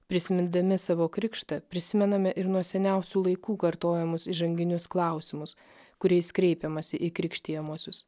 prisimindami savo krikštą prisimename ir nuo seniausių laikų kartojamus įžanginius klausimus kuriais kreipiamasi į krikštijamuosius